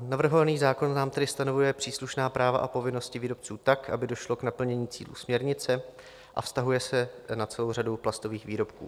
Navrhovaný zákon nám tedy stanovuje příslušná práva a povinnosti výrobců tak, aby došlo k naplnění cílů směrnice, a vztahuje se na celou řadu plastových výrobků.